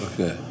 Okay